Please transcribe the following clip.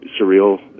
surreal